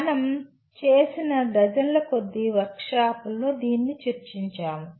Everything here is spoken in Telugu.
మనం చేసిన డజన్ల కొద్దీ వర్క్షాపుల్లో దీనిని చర్చించాము